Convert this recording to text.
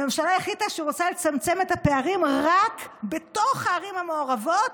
הממשלה החליטה שהיא רוצה לצמצם את הפערים רק בתוך הערים המעורבות,